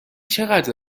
چقدر